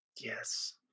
Yes